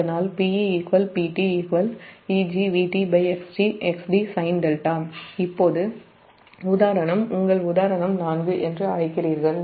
அதனால் இப்போது உங்கள் உதாரணம் 4 என்று அழைக்கிறீர்கள்